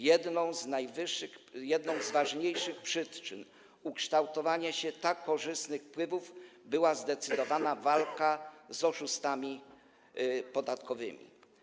Jedną z ważniejszych przyczyn ukształtowania się tak korzystnych wpływów była zdecydowana walka z oszustami podatkowymi.